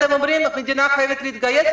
אתם אומרים שהמדינה חייבת להתגייס,